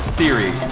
Theory